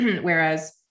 Whereas